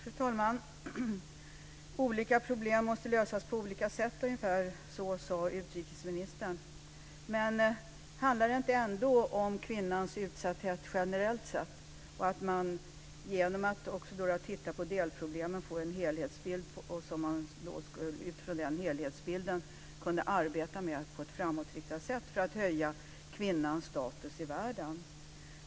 Fru talman! Olika problem måste lösas på olika sätt. Ungefär så sade utrikesministern. Men handlar det ändå inte om kvinnans utsatthet generellt sett? Genom att titta på delproblemen får man en helhetsbild som man ska kunna arbeta utifrån på ett framåtriktat sätt för att höja kvinnans status i världen.